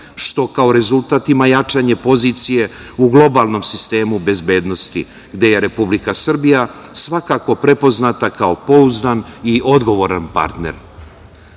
što kao rezultat ima jačanje pozicije u globalnom sistemu bezbednosti, gde je Republika Srbija svakako prepoznata kao pouzdan i odgovoran